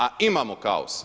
A imamo kaos.